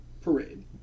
Parade